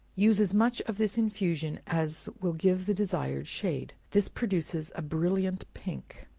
use as much of this infusion as will give the desired shade. this produces a brilliant pink